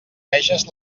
veges